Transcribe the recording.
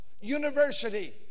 university